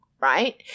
right